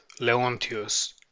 Leontius